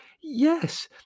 Yes